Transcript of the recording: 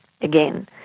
again